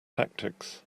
tactics